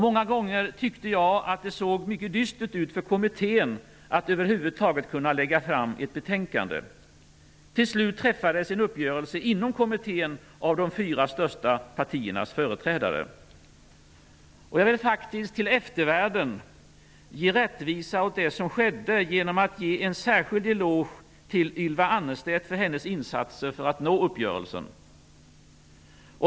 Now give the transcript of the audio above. Många gånger tyckte jag att det såg mycket dystert ut för kommittén när det gällde att över huvud taget kunna lägga fram ett betänkande. Till slut träffades en uppgörelse inom kommittén av de fyra största partiernas företrädare. Jag vill faktiskt med tanke på eftervärlden ge rättvisa åt det som skedde genom att ge Ylva Annerstedt en särskild eloge för hennes insatser för att nå uppgörelsen.